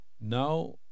now